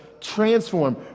transform